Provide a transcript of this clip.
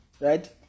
Right